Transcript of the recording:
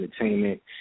Entertainment